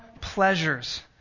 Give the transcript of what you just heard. pleasures